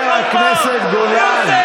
חבר הכנסת גולן.